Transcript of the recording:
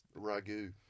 Ragu